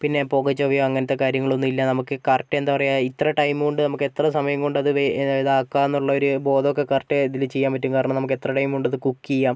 പിന്നെ പുക ച്ചൊവയോ അങ്ങനത്തെ കാര്യങ്ങളൊന്നുമില്ല നമുക്ക് കറക്റ്റ് എന്താ പറയാ ഇത്ര ടൈമുകൊണ്ട് നമുക്കെത്ര സമയം കൊണ്ടത് വേ ഇത് ഇതാക്കാന്നുള്ളൊരു ബോധോക്കെ കറക്റ്റ് ഇതിൽ ചെയ്യാൻ പറ്റും കാരണം നമുക്കെത്ര ടൈമുകൊണ്ടിത് കുക്ക് ചെയ്യാം